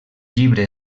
llibre